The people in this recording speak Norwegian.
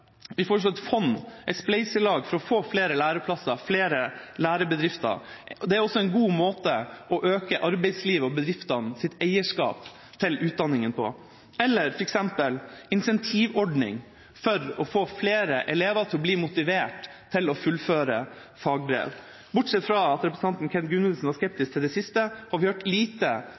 Vi foreslår et fond – et spleiselag – for å få flere læreplasser og flere lærebedrifter. Det er også en god måte å øke arbeidslivets og bedriftenes eierskap til utdanninga på. Eller f.eks. en incentivordning for å få flere elever til å bli motivert til å fullføre fagbrev. Bortsett fra at representanten Kent Gudmundsen var